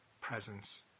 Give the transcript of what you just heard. presence